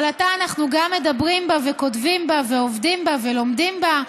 אבל אתה אנחנו גם מדברים בה וכותבים בה ועובדים בה ולומדים בה,